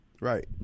right